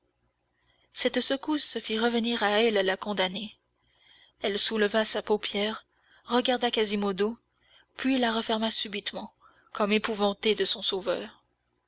cette secousse fit revenir à elle la condamnée elle souleva sa paupière regarda quasimodo puis la referma subitement comme épouvantée de son sauveur